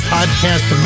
Podcast